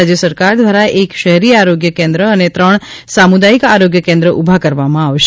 રાજ્ય સરકાર દ્વારા એક શહેરી આરોગ્ય કેન્દ્ર અને ત્રણ સામુદાયિક આરોગ્ય કેન્દ્ર ઉભા કરવામાં આવશે